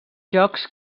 jocs